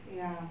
ya